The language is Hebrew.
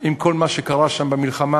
עם כל מה שקרה שם במלחמה,